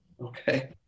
okay